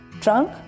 Trunk